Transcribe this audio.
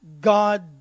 God